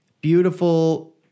beautiful